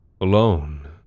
Alone